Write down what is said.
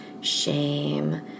shame